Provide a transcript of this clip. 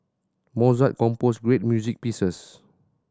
Mozart composed great music pieces